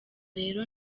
rero